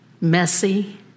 messy